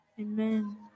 Amen